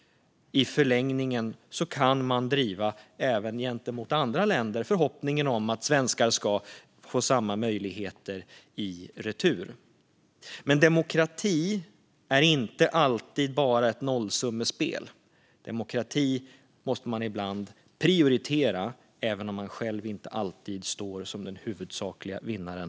I förlängningen kan man även gentemot andra länder driva förhoppningen att svenskar ska få samma möjligheter i retur. Men demokrati är inte alltid ett nollsummespel. Demokrati måste man ibland prioritera även om man inte alltid själv står som den huvudsakliga vinnaren.